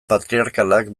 patriarkalak